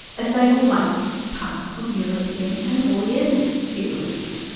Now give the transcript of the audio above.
as they were once part of european and oriental feudalism.